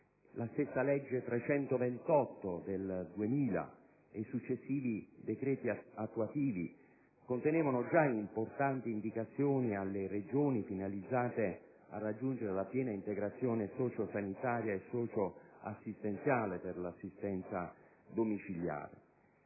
la stessa legge 8 novembre 2000, n. 328, e i successivi decreti attuativi, contenevano importanti indicazioni alle Regioni finalizzate a raggiungere la piena integrazione socio-sanitaria e socio-assistenziale per l'assistenza domiciliare.